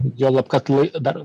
juolab kad lai dar